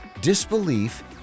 disbelief